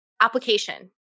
application